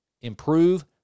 Improve